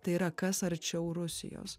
tai yra kas arčiau rusijos